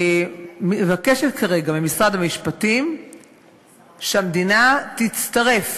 מבקשת כרגע ממשרד המשפטים שהמדינה תצטרף